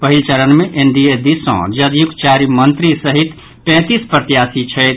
पहिल चरण मे एनडीए दिस सँ जदयूक चारि मंत्री सहित पैंतीस प्रत्याशी छथि